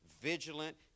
vigilant